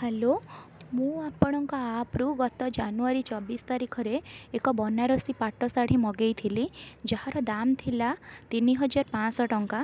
hello ମୁଁ ଆପଣଙ୍କ ଆପ୍ରୁ ଗତ ଜାନୁଆରୀ ଚବିଶ ତାରିଖରେ ଏକ ବନାରସୀ ପାଟ ଶାଢ଼ୀ ମଗାଇଥିଲି ଯାହାର ଦାମ ଥିଲା ତିନିହଜାର ପାଞ୍ଚଶହ ଟଙ୍କା